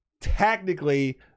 technically